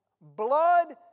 blood